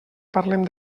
parlem